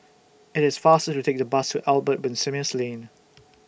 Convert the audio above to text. IT IS faster to Take The Bus to Albert Winsemius Lane